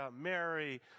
Mary